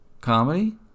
Comedy